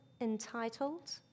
entitled